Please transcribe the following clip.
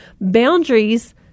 Boundaries